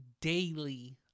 daily